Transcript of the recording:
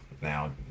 now